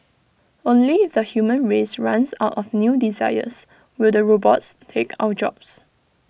only if the human race runs out of new desires will the robots take our jobs